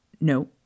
No